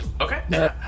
Okay